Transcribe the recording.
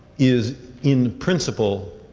is in principle